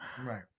Right